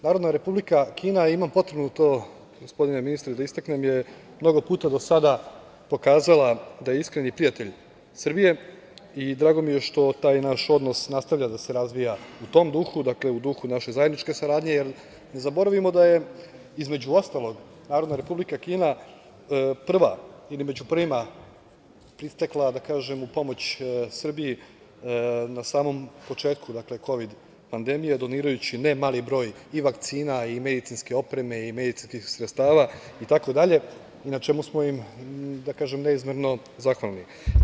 Narodna Republika Kina, imam potrebu to, gospodine ministre, da istaknem, je mnogo puta do sada pokazala da je iskreni prijatelj Srbije, i drago mi je što taj naš odnos nastavlja da se razvija u tom duhu, u duhu naše zajedničke saradnje, jer ne zaboravimo da je, između ostalog, Narodna Republika Kina prva, ili među prvima, pritekla u pomoć Srbiji na samom početku kovid pandemije donirajući ne mali broj i vakcina i medicinske opreme i medicinskih sredstava itd, na čemu smo im neizmerno zahvalni.